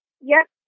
yes